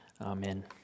Amen